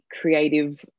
creative